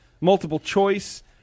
multiple-choice